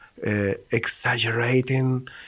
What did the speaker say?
Exaggerating